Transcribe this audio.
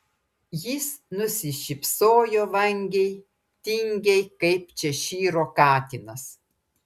jis nusišypsojo vangiai tingiai kaip češyro katinas